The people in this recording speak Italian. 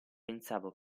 pensavo